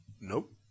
Nope